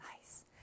Nice